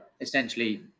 essentially